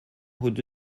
حدود